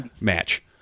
match